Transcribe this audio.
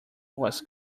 was